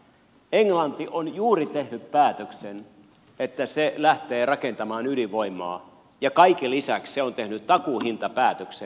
englanti on juuri tehnyt päätöksen että se lähtee rakentamaan ydinvoimaa ja kaiken lisäksi se on tehnyt takuuhintapäätöksen